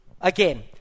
again